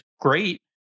great